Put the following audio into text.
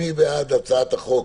מי בעד הצעת החוק?